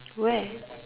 where